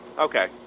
okay